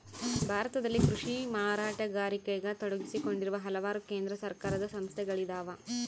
ಭಾರತದಲ್ಲಿ ಕೃಷಿ ಮಾರಾಟಗಾರಿಕೆಗ ತೊಡಗಿಸಿಕೊಂಡಿರುವ ಹಲವಾರು ಕೇಂದ್ರ ಸರ್ಕಾರದ ಸಂಸ್ಥೆಗಳಿದ್ದಾವ